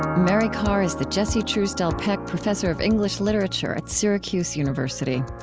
mary karr is the jesse truesdell peck professor of english literature at syracuse university.